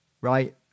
Right